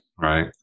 Right